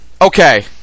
Okay